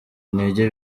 intege